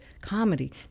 comedy